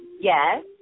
Yes